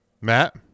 Matt